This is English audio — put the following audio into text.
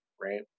right